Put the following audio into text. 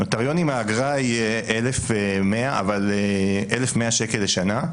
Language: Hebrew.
לגבי נוטריונים האגרה היא 1,100 שקלים לשנה.